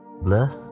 Bless